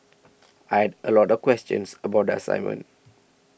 I had a lot of questions about the assignment